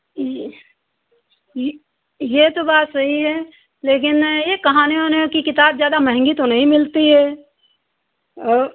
ई ई यह तो बात सही है लेकिन यह कहानियों वहानियों की किताब ज़्यादा महंगी तो नहीं मिलती है वह